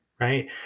Right